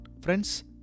Friends